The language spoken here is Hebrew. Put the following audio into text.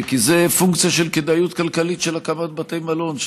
כי זה פונקציה של כדאיות כלכלית של הקמת בתי מלון,